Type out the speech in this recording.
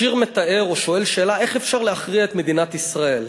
השיר מתאר או שואל שאלה: איך אפשר להכריע את מדינת ישראל,